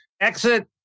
Exit